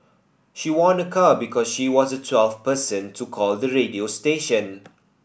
she won a car because she was the twelfth person to call the radio station